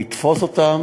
לתפוס אותם,